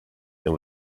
and